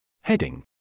Heading